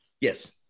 Yes